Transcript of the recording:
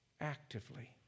actively